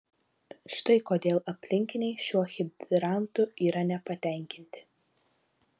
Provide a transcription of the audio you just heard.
štai kodėl aplinkiniai šiuo hidrantu yra nepatenkinti